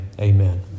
Amen